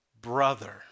brother